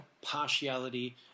partiality